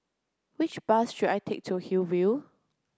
which bus should I take to Hillview